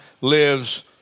lives